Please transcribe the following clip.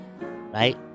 right